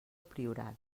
priorat